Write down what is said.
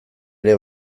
ere